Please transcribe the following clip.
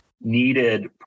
needed